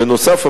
בנוסף,